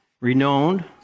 renowned